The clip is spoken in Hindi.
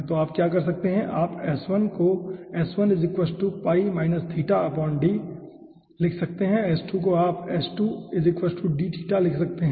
तो आप क्या कर सकते हैं आप s1 को लिख सकते हैं और s2 को आप लिख सकते हैं ठीक है